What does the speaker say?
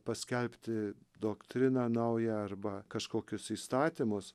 paskelbti doktriną naują arba kažkokius įstatymus